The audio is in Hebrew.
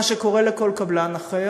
מה שקורה לכל קבלן אחר.